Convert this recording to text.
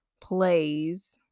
plays